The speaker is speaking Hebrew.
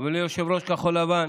וליושב-ראש כחול לבן,